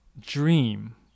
dream